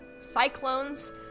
cyclones